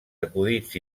acudits